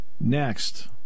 Next